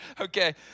Okay